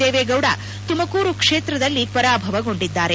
ದೇವೇಗೌಡ ತುಮಕೂರು ಕ್ಷೇತ್ರದಲ್ಲಿ ಪರಾಭವಗೊಂಡಿದ್ದಾರೆ